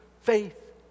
faith